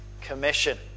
Commission